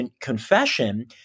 Confession